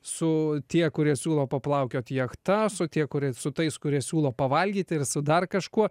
su tie kurie siūlo paplaukiot jachta su tie kurie su tais kurie siūlo pavalgyti ir su dar kažkuo